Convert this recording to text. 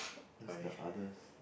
what's the others